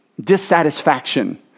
dissatisfaction